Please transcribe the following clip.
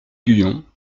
guyon